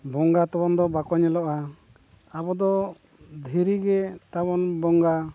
ᱵᱚᱸᱜᱟ ᱛᱟᱵᱚᱱ ᱫᱚ ᱵᱟᱠᱚ ᱧᱮᱞᱚᱜᱼᱟ ᱟᱵᱚᱫᱚ ᱫᱷᱤᱨᱤᱜᱮ ᱛᱟᱵᱚᱱ ᱵᱚᱸᱜᱟ